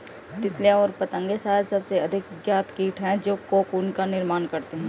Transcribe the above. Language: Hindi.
तितलियाँ और पतंगे शायद सबसे अधिक ज्ञात कीट हैं जो कोकून का निर्माण करते हैं